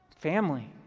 family